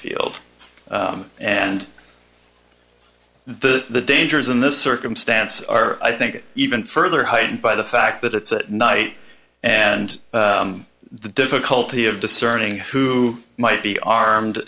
field and the dangers in this circumstance are i think even further heightened by the fact that it's at night and the difficulty of discerning who might be armed